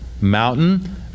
Mountain